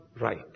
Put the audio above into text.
right